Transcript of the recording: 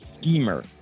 schemer